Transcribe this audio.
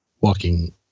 walking